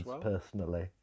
personally